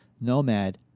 Nomad